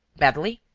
badly?